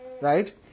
right